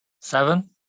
Seven